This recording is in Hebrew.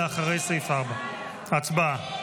לאחרי סעיף 4. הצבעה.